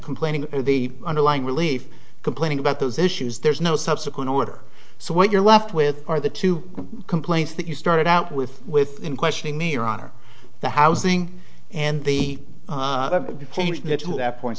completing the underlying relief complaining about those issues there's no subsequent order so what you're left with are the two complaints that you started out with with in questioning me your honor the housing and the change michel that point